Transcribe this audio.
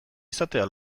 izatea